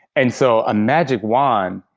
and so a magic wand,